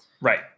Right